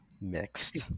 mixed